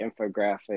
infographic